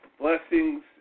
blessings